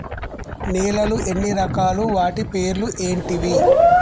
నేలలు ఎన్ని రకాలు? వాటి పేర్లు ఏంటివి?